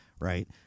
right